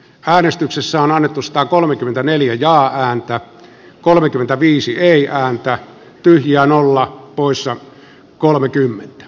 mika lintilä on annettu satakolmekymmentäneljä ja ääntä kolmekymmentäviisi ei aio esko kivirannan kannattamana ehdottanut että pykälä poistetaan